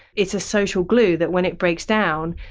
it's a social glue that when it breaks down,